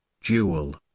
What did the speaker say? jewel